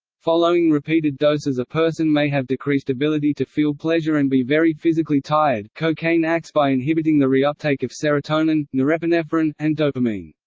following repeated doses a person may have decreased ability to feel pleasure and be very physically tired cocaine acts by inhibiting the reuptake of serotonin, norepinephrine and dopamine.